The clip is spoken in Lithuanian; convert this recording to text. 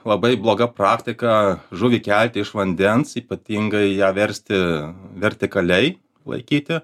labai bloga praktika žuvį kelti iš vandens ypatingai ją versti vertikaliai laikyti